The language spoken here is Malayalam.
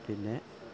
പിന്നെ